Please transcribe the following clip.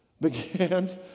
Begins